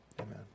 Amen